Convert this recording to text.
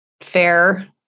fair